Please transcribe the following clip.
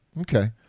okay